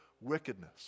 wickedness